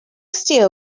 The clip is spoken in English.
steel